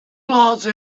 glance